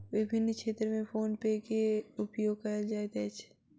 विभिन्न क्षेत्र में फ़ोन पे के उपयोग कयल जाइत अछि